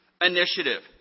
initiative